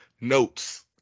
notes